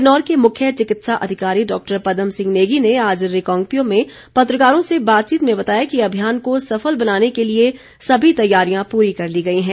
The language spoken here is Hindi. किन्नौर के मुख्य चिकित्सा अधिकारी डॉ पदम सिंह नेगी ने आज रिकांगपिओ में पत्रकारों से बातचीत में बताया कि अभियान को सफल बनाने के लिए सभी तैयारियां पूरी कर ली गई है